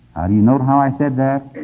do you note how i said that?